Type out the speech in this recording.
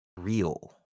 real